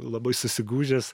labai susigūžęs